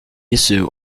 issue